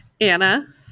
Anna